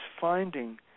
finding